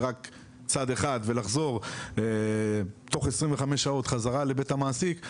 רק צד אחד ולחזור בתוך 25 שעות חזרה לבית המעסיק,